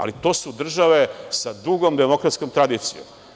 Ali, to su države sa dugom demokratskom tradicijom.